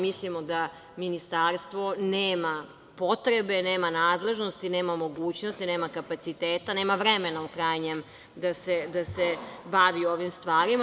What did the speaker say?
Mislimo da ministarstvo nema potrebe, nema nadležnosti, nema mogućnosti, nema kapaciteta, nema vremena u krajnjem, da se bavi ovim stvarima.